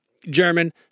German